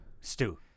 Stew